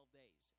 days